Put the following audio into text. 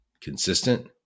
consistent